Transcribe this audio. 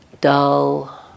dull